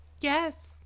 yes